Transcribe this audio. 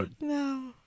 No